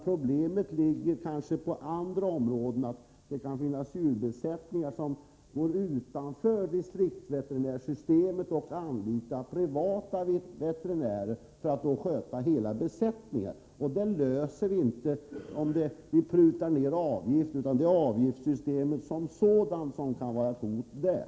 Problemen ligger kanske på andra områden. Det kan t.ex. finnas djurbesättningar, vilkas ägare går utanför distriktsveterinärsystemet och anlitar privata veterinärer för att sköta hela besättningen. Det problemet löser vi inte genom att pruta ned avgiften, utan det är avgiftssystemet som sådant som där kan utgöra ett hot.